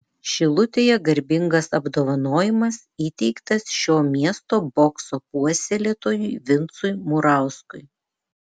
šilutėje garbingas apdovanojimas įteiktas šio miesto bokso puoselėtojui vincui murauskui